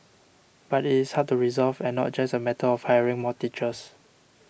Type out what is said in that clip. but it is hard to resolve and not just a matter of hiring more teachers